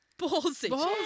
Ballsy